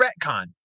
retcon